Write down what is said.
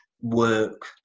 work